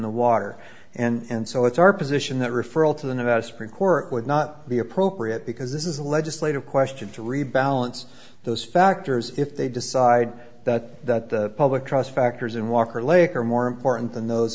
the water and so it's our position that referral to the nevada supreme court would not be appropriate because this is a legislative question to rebalance those factors if they decide that the public trust factors in walker lake are more important than